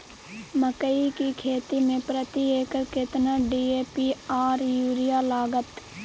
मकई की खेती में प्रति एकर केतना डी.ए.पी आर यूरिया लागत?